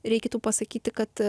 reikėtų pasakyti kad